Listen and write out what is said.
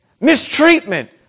mistreatment